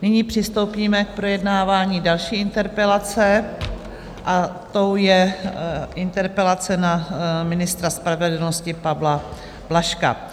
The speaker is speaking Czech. Nyní přistoupíme k projednávání další interpelace a tou je interpelace na ministra spravedlnosti Pavla Blažka.